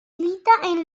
milita